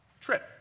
Trip